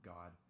God